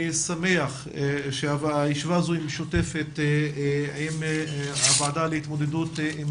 אני שמח שהישיבה הזו היא משותפת עם הוועדה להתמודדות עם